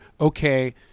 okay